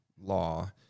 law